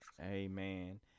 amen